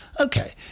okay